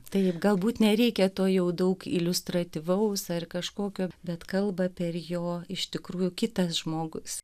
taip galbūt nereikia to jau daug iliustratyvaus ar kažkokio bet kalba per jo iš tikrųjų kitas žmogus